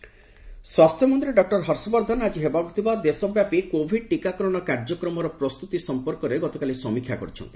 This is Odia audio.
ହର୍ଷବର୍ଦ୍ଧନ ସ୍ୱାସ୍ଥ୍ୟ ମନ୍ତ୍ରୀ ଡକ୍ଟର ହର୍ଷବର୍ଦ୍ଧନ ଆଜି ହେବାକୁ ଥିବା ଦେଶବ୍ୟାପୀ କୋଭିଡ୍ ଟିକାକରଣ କାର୍ଯ୍ୟକ୍ରମର ପ୍ରସ୍ତୁତି ସମ୍ପର୍କରେ ଗତକାଲି ସମୀକ୍ଷଶ କରିଛନ୍ତି